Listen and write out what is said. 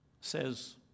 says